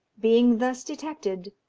being thus detected,